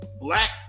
black